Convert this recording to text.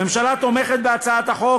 הממשלה תומכת בהצעת החוק,